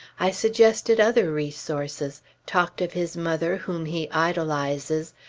i suggested other resources talked of his mother whom he idolizes,